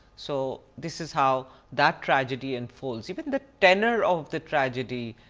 so this is how that tragedy unfolds. even the tenor of the tragedy,